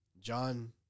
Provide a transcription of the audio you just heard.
John